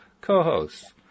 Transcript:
co-hosts